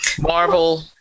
Marvel